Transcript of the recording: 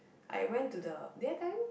I went to the did I tell you